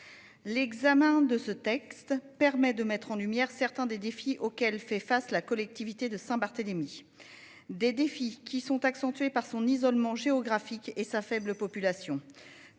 L'examen de ce texte permet de mettre en lumière certains des défis auxquels fait face la collectivité de Saint-Barthélemy. Des défis qui sont accentués par son isolement géographique et sa faible population